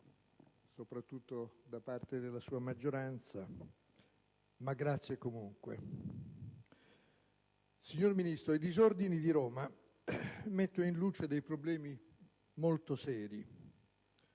soprattutto da parte della sua maggioranza, ma grazie comunque. Signor Ministro, i disordini di Roma mettono in luce problemi molto seri: